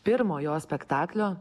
pirmo jo spektaklio